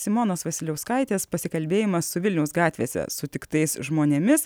simonos vasiliauskaitės pasikalbėjimas su vilniaus gatvėse sutiktais žmonėmis